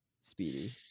Speedy